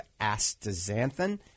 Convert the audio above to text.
Astaxanthin